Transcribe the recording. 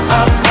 up